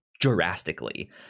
drastically